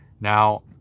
Now